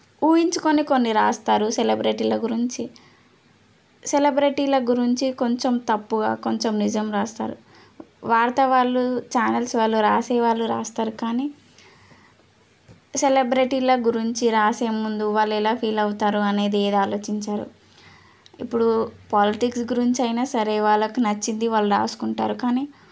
ఊహించుకొని కొన్ని రాస్తారు సెలబ్రెటీల గురించి సెలబ్రెటీల గురించి కొంచెం తప్పుగా కొంచెం నిజం రాస్తారు వార్త వాళ్ళు ఛానల్స్ వాళ్ళు రాసేవాళ్ళు రాస్తారు కానీ సెలబ్రెటీల గురించి రాసేముందు వాళ్ళు ఎలా ఫీల్ అవుతారు అనేది ఏది ఆలోచించరు ఇప్పుడు పాలిటిక్స్ గురించి అయినా సరే వాళ్ళకు నచ్చింది వాళ్ళు రాసుకుంటారు కానీ